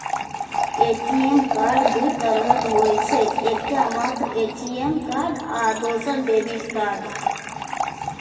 ATM card दू तरहक होइ छै, एकटा मात्र ए.टी.एम कार्ड आ दोसर डेबिट कार्ड